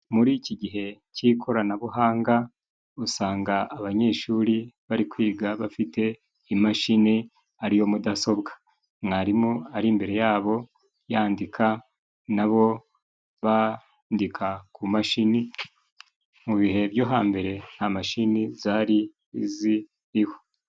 Muri iki gihe cy'ikoranabuhanga usanga abanyeshuri bari kwiga bafite imashini ariyo mudasobwa, mwarimu ari imbere yabo yandika nabo bandika ku mashini, mu bihe byo hambere nta mashini zari ziriho.